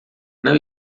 não